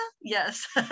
Yes